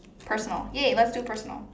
personal ya let's do personal